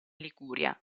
liguria